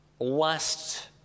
Last